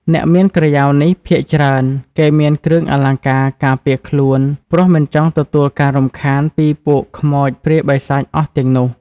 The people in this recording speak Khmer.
អ្នកមានក្រយ៉ៅនេះភាគច្រើនគេមានគ្រឿងអលង្ការការពារខ្លួនព្រោះមិនចង់ទទួលការរំខានពីពួកខ្មោចព្រាយបិសាចអស់ទាំងនោះ